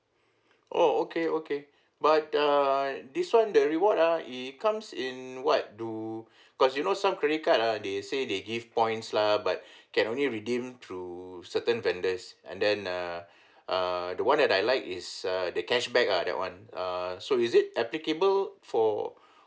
oh okay okay but err this one the reward ah it comes in what do cause you know some credit card ah they say they give points lah but can only redeem through certain vendors and then err err the one that I like is uh the cashback ah that one err so is it applicable for